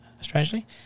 Strangely